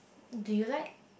do you like